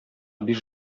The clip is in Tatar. биш